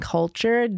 Culture